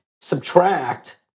subtract